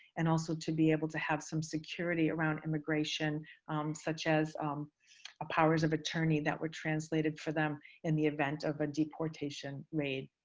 and also to be able to have some security around immigration such as um powers of attorney that were translated for them in the event of a deportation raid.